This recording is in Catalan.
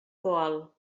poal